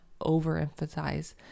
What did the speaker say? overemphasize